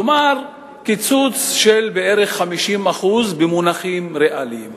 כלומר, קיצוץ של בערך 50% במונחים ריאליים.